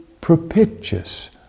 propitious